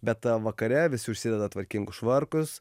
bet vakare visi užsideda tvarkingus švarkus